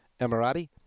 Emirati